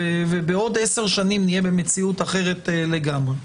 ובעוד עשר שנים נהיה במציאות אחרת לגמרי.